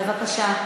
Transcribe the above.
בבקשה.